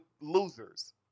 losers